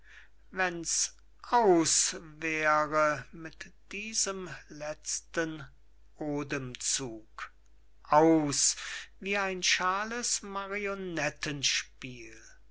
wenns aus wäre mit diesem letzten othemzug aus wie ein schaales marionettenspiel